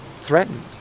threatened